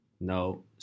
No